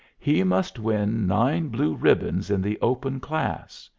he must win nine blue ribbons in the open class.